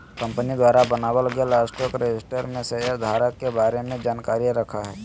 company द्वारा बनाल गेल स्टॉक रजिस्टर में शेयर धारक के बारे में जानकारी रखय हइ